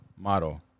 model